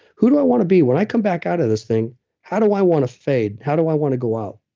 who do i want to be? when i come back out of this thing how do i want to fade? how do i want to go out?